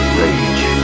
rage